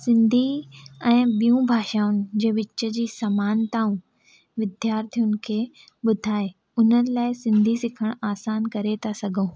सिंधी ऐं बियूं भाषाउनि जे विच जी सामानताऊं विद्यार्थीयुनि खे ॿुधाए उन्हनि लाइ सिंधी सिखणु आसान करे था सघूं